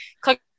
click